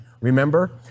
remember